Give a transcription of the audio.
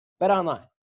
BetOnline